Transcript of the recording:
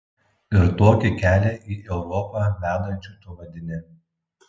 ir tokį kelią į europą vedančiu tu vadini